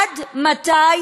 עד מתי